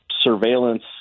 surveillance